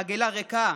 עגלה ריקה,